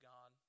God